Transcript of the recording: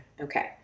Okay